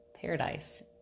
paradise